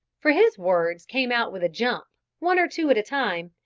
for his words came out with a jump, one or two at a time,